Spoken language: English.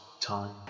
time